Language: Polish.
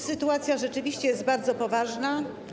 Sytuacja rzeczywiście jest bardzo poważna.